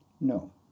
no